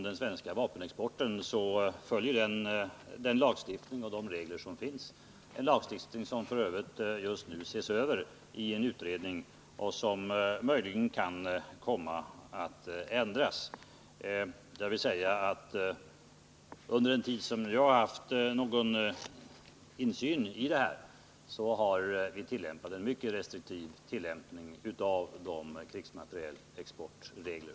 Den svenska vapenexporten följer den lagstiftning och de regler som finns — en lagstiftning som f. ö. just nu ses över i en utredning och som möjligen kan komma att ändras. Under den tid som jag har haft insyn har vi haft en mycket restriktiv tillämpning av våra krigsmaterielexportregler.